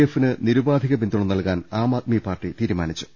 എഫിന് നിരുപാധിക പിന്തുണ നൽകാൻ ആം ആദ്മി പാർട്ടി തീരുമാനിച്ചു